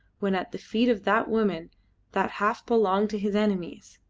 when at the feet of that woman that half belonged to his enemies.